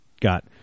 got